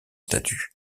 statuts